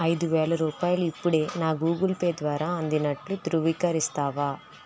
ఐదు వేల రూపాయలు ఇప్పుడే నా గూగుల్ పే ద్వారా అందినట్లు ధృవీకరిస్తావా